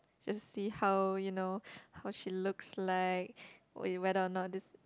just see how you know how she looks like you whether or not this